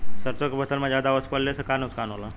सरसों के फसल मे ज्यादा ओस पड़ले से का नुकसान होला?